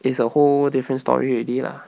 it's a whole different story already lah